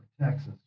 Texas